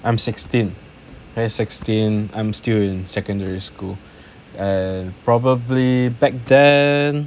I'm sixteen and sixteen I'm still in secondary school and probably back then